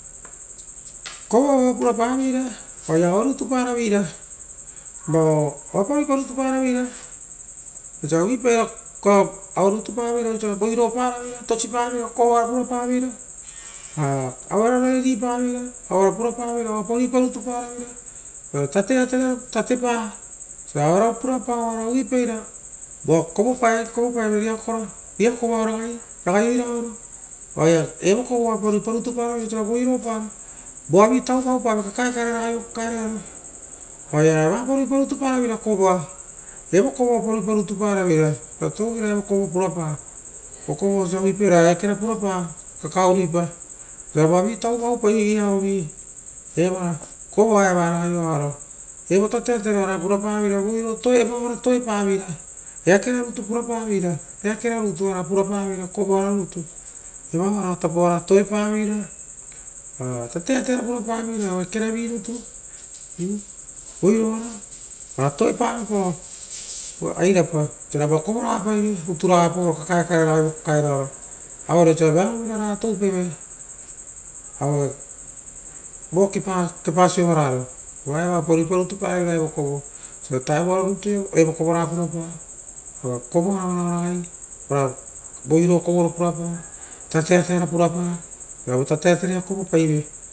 Kovoa vao oa purapaveira oa pa riipa rutu paravera, osia uvuipaira aue rutu para vera osa voiropara, tosipaveira, kovoara purapa veira auera voreripaveira, aura purapaveira oarapa ruipa rutu paraveira ora tateatera, tatepa ora oaravu purapa ora uvuipaira vo kovo paieve riakora oo ragai, ragai oiraro oai evo kovo aopa ruipa rutu paraveira osiora voiropara, voavi tauva oupare kakae kare, ragaivo kakae roaro oaia vapa riipa rutu para veira kovoa, evo kovo oa pa riipa rutu paravera, ura touvira evo koro purapa vokovo oisio sia uvupai ra eakera purapa kakae raguipa ra roavi tauva oupave igei auovi, era kovoa eva ragai varo. Evo tateatero oara urapaveira voiroa ra toepa eakera rutu pura paveira po toe paveira ora tateatea pura paveiro ora eakera viruta voiroara oara toepavoepao eirapa oisiora voa kovo paeve utura sapaoro voea opa kakae kare ragai vo kakaeroaro. Vaore oisira vearo viraraga tou paivee, aue vo kepa sovararo, uva eva oapa ruipa rutu paraveira eva evo kovo uva vuta ra rutu ia evo kovoraga purapa uvare kovoa vaoia ragai vao voiro kovoro purapa tateateara purapa ravo tateatero ia kovopaivee.